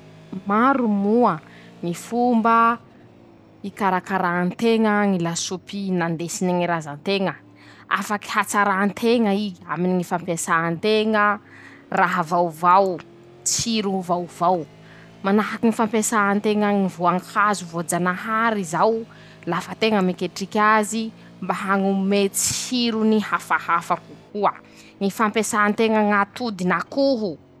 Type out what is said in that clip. <...>Maro moa ñy fomba ikarakaran-teña ñy lasopy nandesiny ñy razan-teña. afaky hatsaran-teña i aminy ñy fampiasan-teña raha vaovao. tsiro vaovao. manahaky ñy fampiasan-teña ñy voan-kazo voajanahary zao lafa teña miketriky azy mba hañome tsirony hafahafa koa ;ñy fampiasan-teña ñy atodin'akoho.